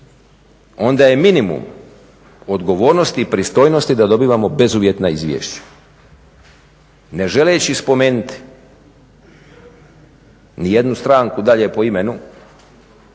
onda je minimum odgovornosti i pristojnosti da dobivamo bezuvjetna izvješća ne želeći spomenuti nijednu stranku dalje po imenu